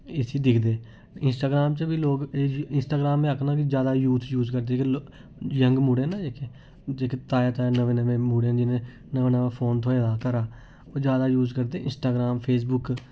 इसी दिखदे इंस्टाग्रांम च बी लोक इंस्टाग्रांंम में आखना कि जादा यूज करदे यंग मुड़े न जेह्के जेह्के ताजा ताजा नमें नमें मुड़े न जिनें नमां नमां फोन थ्होए दा घरा ओह् जादा यूज करदे इंस्टाग्रांम फेसबुक